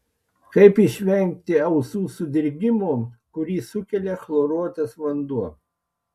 kaip išvengti ausų sudirgimo kurį sukelia chloruotas vanduo